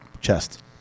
chest